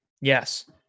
Yes